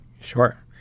Sure